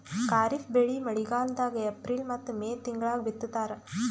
ಖಾರಿಫ್ ಬೆಳಿ ಮಳಿಗಾಲದಾಗ ಏಪ್ರಿಲ್ ಮತ್ತು ಮೇ ತಿಂಗಳಾಗ ಬಿತ್ತತಾರ